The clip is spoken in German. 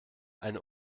eine